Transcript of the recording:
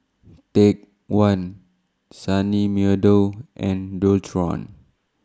Take one Sunny Meadow and Dualtron